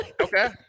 Okay